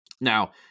Now